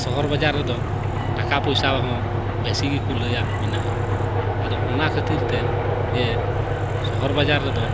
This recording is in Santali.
ᱥᱚᱦᱚᱨ ᱵᱟᱡᱟᱨ ᱨᱮᱫᱚ ᱴᱟᱠᱟ ᱯᱚᱭᱥᱟ ᱦᱚᱸ ᱵᱮᱥᱤ ᱜᱮᱠᱚ ᱞᱟᱹᱭᱟ ᱢᱮᱱᱟᱜᱼᱟ ᱟᱫᱚ ᱚᱱᱟ ᱠᱷᱟᱹᱛᱤᱨ ᱛᱮ ᱡᱮ ᱥᱚᱦᱚᱨ ᱵᱟᱡᱟᱨ ᱨᱮᱫᱚ